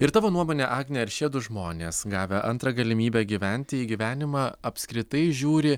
ir tavo nuomone agne ar šiedu žmonės gavę antrą galimybę gyventi į gyvenimą apskritai žiūri